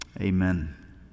amen